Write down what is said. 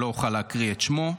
שלא אוכל להקריא את שמו,